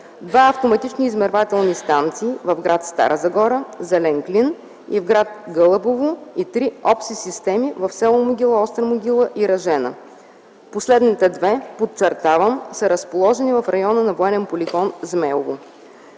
две автоматични измервателни станции - в гр. Стара Загора, „Зелен клин” и в гр. Гълъбово, и три опси системи - в с. Могила, Остра могила и Ръжена. Последните две, подчертавам, са разположени в района на военен полигон „Змеево”.